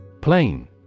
Plain